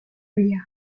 area